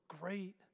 great